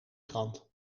krant